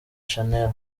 shanel